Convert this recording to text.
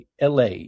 LA